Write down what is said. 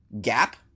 Gap